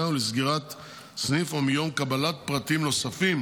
לסגירת סניף או מיום קבלת פרטים נוספים